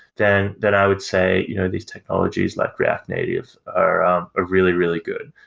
then then i would say you know these technologies like react native are ah really, really good.